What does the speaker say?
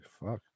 Fuck